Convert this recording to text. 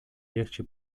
легче